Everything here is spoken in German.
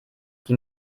die